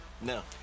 No